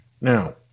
Now